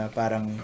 parang